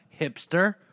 hipster